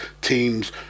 teams